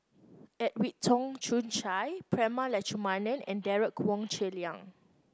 Edwin Tong Chun Fai Prema Letchumanan and Derek Wong Zi Liang